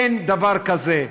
אין דבר כזה,